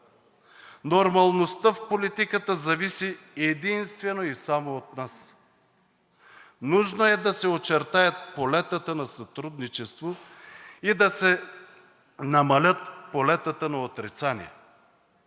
Нормалността в политиката зависи единствено и само от нас. Нужно е да се очертаят полетата на сътрудничество и да се намалят полетата на отрицание.